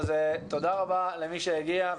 תודה רבה למי שהגיע.